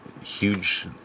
huge